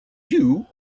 you